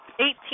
Eighteen